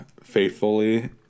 faithfully